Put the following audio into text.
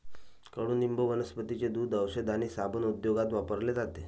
कडुनिंब वनस्पतींचे दूध, औषध आणि साबण उद्योगात वापरले जाते